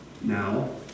Now